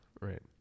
right